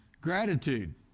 gratitude